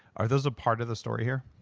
are those a part of the story here?